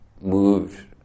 moved